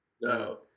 No